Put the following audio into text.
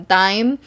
time